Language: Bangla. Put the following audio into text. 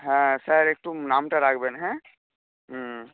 হ্যাঁ স্যার একটু নামটা রাখবেন হ্যাঁ হুম